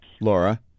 Laura